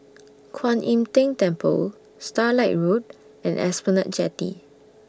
Kwan Im Tng Temple Starlight Road and Esplanade Jetty